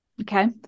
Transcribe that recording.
Okay